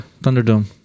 Thunderdome